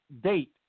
date